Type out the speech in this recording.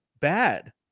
bad